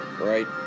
right